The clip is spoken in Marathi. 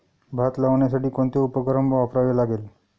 भात लावण्यासाठी कोणते उपकरण वापरावे लागेल?